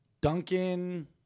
duncan